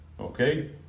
Okay